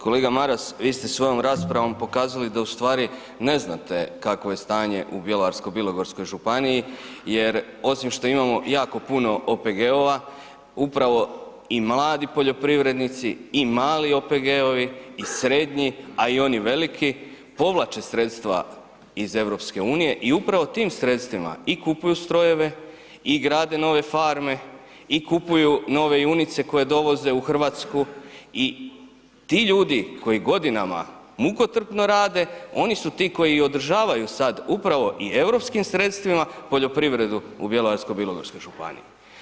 Kolega Maras, vi ste svojoj raspravom pokazali da u stvari ne znate kakvo je stanje u Bjelovarsko-bilogorskoj županiji jer, osim što imamo jako puno OPG-ova, upravo i mladi poljoprivrednici i mali OPG-ovi i srednji, a i oni veliki, povlače sredstva iz EU i upravo tim sredstvima i kupuju strojeve i grade nove farme i kupuju nove junice koje dovoze u Hrvatsku i tu ljudi koji godinama mukotrpno rade, oni su ti koji održavaju sad upravo i europskim sredstvima poljoprivredu u Bjelovarsko-bilogorskoj županiji.